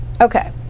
Okay